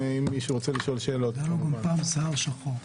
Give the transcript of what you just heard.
היה לו פעם שיער שחור.